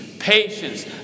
patience